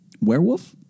Werewolf